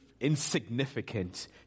insignificant